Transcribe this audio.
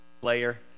player